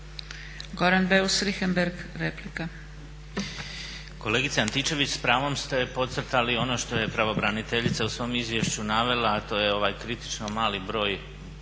**Beus Richembergh, Goran (HNS)** Kolegice Antičević s pravom ste podcrtali ono što je pravobraniteljica u svom izvješću navela, a to je ovaj kritično mali broj